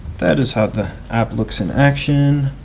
that is how the app looks in action,